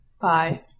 Bye